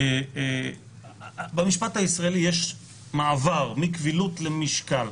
במשפט הישראלי יש מעבר מקבילוּת למשקל.